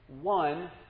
one